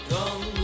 Come